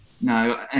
no